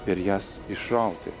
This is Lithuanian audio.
ir jas išrauti